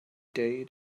day